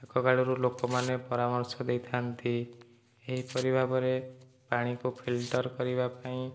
ଆଗକାଳରୁ ଲୋକମାନେ ପରାମର୍ଶ ଦେଇଥାନ୍ତି ଏହିପରି ଭାବରେ ପାଣିକୁ ଫିଲ୍ଟର କରିବା ପାଇଁ